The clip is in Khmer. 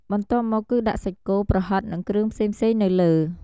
បន្ទាប់មកគឺដាក់សាច់គោ ប្រហិត និង គ្រឿងផ្សេងៗនៅលើ។